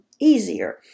easier